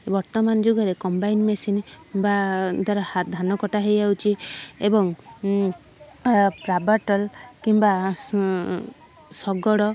ବର୍ତ୍ତମାନ ଯୁଗରେ combine machine ବା ତାର ହା ଧାନ କଟା ହୋଇଯାଉଛି ଏବଂ ପ୍ରାବାରଟଲ କିମ୍ବା ସଂ ଶଗଡ଼